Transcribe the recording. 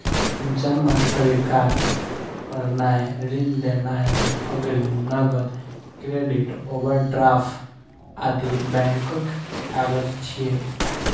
जमा स्वीकार करनाय, ऋण देनाय, अग्रिम, नकद, क्रेडिट, ओवरड्राफ्ट आदि बैंकक काज छियै